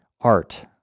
art